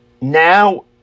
now